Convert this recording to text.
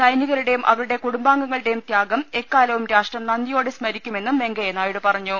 സൈനികരുടെയും അവരുടെ കുടുംബാംഗങ്ങളുടെയും ത്യാഗം എക്കാലവും രാഷ്ട്രം നന്ദിയോടെ സ്മരിക്കുമെന്നും വെങ്കയ്യ നായിഡു പറഞ്ഞു